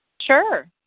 Sure